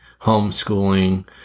homeschooling